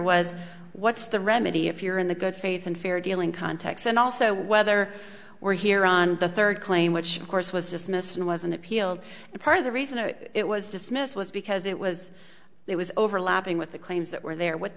was what's the remedy if you're in the good faith and fair dealing context and also whether we're here on the third claim which of course was dismissed and wasn't appealed and part of the reason it was dismissed was because it was it was overlapping with the claims that were there w